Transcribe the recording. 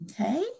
okay